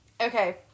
Okay